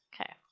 Okay